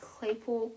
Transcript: Claypool